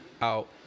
out